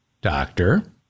Doctor